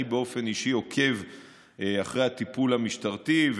באופן אישי עוקב אחרי הטיפול המשטרתי,